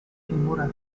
kimura